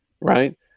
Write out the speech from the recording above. right